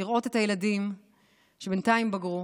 לראות את הילדים שבינתיים בגרו